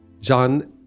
John